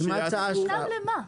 חסם למה?